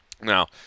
Now